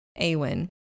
Awen